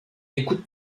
écoute